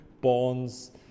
bonds